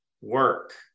work